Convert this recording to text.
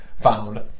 found